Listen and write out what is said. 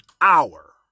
hour